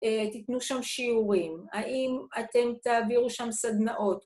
‫תיתנו שם שיעורים. ‫האם אתם תעבירו שם סדנאות?